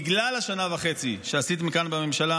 בגלל השנה וחצי שעשיתם כאן בממשלה,